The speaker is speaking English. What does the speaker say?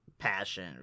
passion